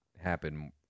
happen